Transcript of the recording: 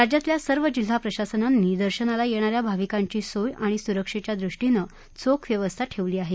राज्यातल्या सर्व जिल्हाप्रशासनांनी दर्शनाला येणाऱ्या भाविकांची सोय आणि सुरक्षेच्यादृष्टीनं चोख व्यवस्था केली आहे